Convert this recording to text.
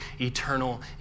eternal